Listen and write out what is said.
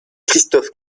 christoph